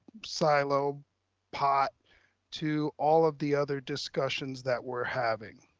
silo pot to all of the other discussions that we're having.